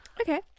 Okay